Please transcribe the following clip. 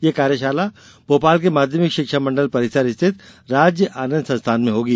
ये कार्यशाला भोपाल के माध्यमिक शिक्षा मंडल परिसर स्थित राज्य आनंद संस्थान में होगी